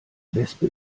wespe